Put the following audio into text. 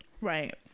Right